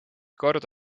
kord